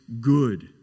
good